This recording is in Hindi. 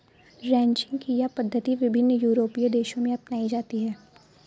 रैंचिंग की यह पद्धति विभिन्न यूरोपीय देशों में अपनाई जाती है